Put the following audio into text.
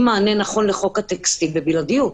מענה נכון לחוק הטקסטיל בבלעדיות.